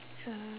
so